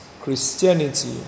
Christianity